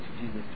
Jesus